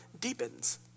deepens